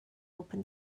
open